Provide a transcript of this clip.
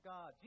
God